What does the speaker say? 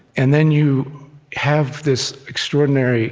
and then you have this extraordinary